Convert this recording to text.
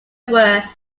were